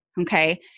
okay